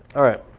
all right,